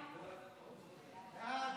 ההצעה